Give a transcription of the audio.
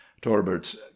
torbert's